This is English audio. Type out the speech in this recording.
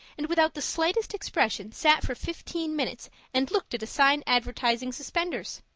and without the slightest expression sat for fifteen minutes and looked at a sign advertising suspenders.